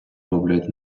роблять